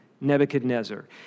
Nebuchadnezzar